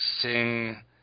sing